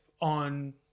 on